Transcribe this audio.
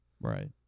right